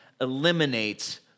eliminates